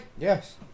Yes